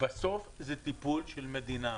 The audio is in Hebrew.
בסוף זה טיפול של מדינה.